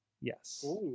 Yes